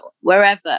wherever